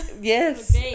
Yes